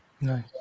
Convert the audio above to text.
Nice